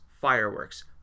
fireworks